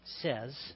says